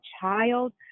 child